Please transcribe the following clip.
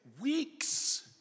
weeks